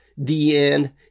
DN